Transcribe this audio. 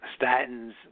statins